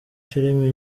filime